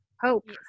Hope